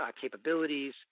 capabilities